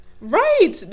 right